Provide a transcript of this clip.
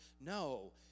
No